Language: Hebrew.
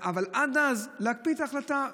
אבל עד אז להקפיא את ההחלטה.